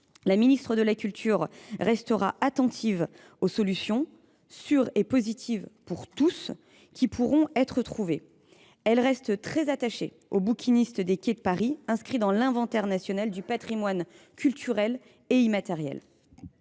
La ministre de la culture restera attentive aux solutions, sûres et positives pour tous, qui pourront être trouvées. Elle reste très attachée aux bouquinistes des quais de Paris, inscrits à l’inventaire national du patrimoine culturel immatériel.